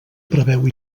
preveu